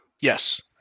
Yes